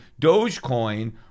Dogecoin